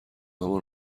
همان